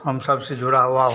हम सबसे जुड़ा हुआ हूँ